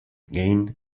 gain